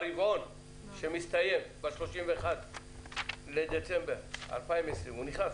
ברבעון שמסתיים ב-31 לדצמבר 2020 הוא נכנס,